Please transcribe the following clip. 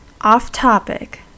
off-topic